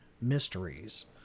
mysteries